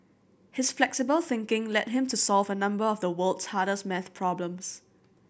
his flexible thinking led him to solve a number of the world's hardest math problems